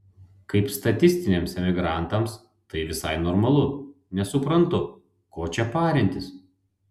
kaip statistiniams emigrantams tai visai normalu nesuprantu ko čia parintis